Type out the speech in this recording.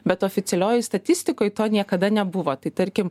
bet oficialioji statistikoj to niekada nebuvo tai tarkim